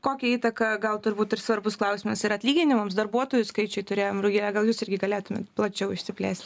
kokią įtaką gal turi būt ir svarbus klausimas ir atlyginimams darbuotojų skaičiui turėjom rugile gal jūs irgi galėtumėt plačiau išsiplėst